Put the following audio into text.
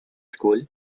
school